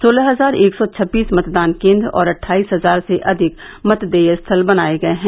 सोलह हजार एक सौ छब्बीस मतदान केन्द्र और अट्ठाईस हजार से अधिक मतदेय स्थल बनाये गये हैं